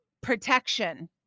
protection